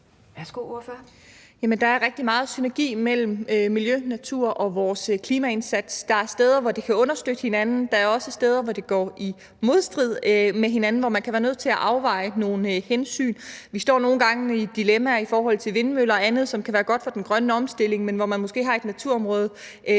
meget synergi mellem miljø, natur og vores klimaindsats. Der er steder, hvor det kan understøtte hinanden; der er også steder, hvor det står i modstrid med hinanden, og hvor man kan være nødt til at afveje nogle hensyn. Vi står nogle gange i et dilemma i forhold til vindmøller og andet, som kan være godt for den grønne omstilling, men hvor man måske har et naturområde,